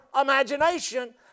imagination